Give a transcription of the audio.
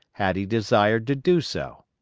had he desired to do so.